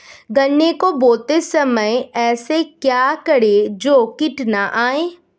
गन्ने को बोते समय ऐसा क्या करें जो कीट न आयें?